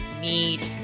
need